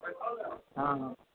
अरे आउ ने हँ हँ